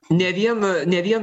ne vien ne vien